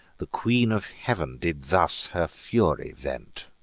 the queen of heav'n did thus her fury vent